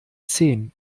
zehn